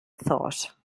thought